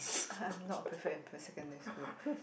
I'm not a prefect in p~ secondary school